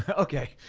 ah okay,